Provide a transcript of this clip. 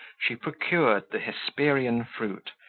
she procured the hesperian fruit,